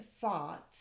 thoughts